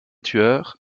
tueurs